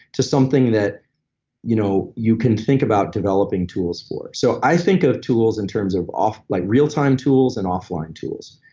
to something that you know you can think about developing tools for. so, i think of tools in terms of like real time tools and offline tools.